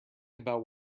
about